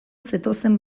zetozen